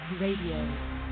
Radio